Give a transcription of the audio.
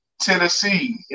tennessee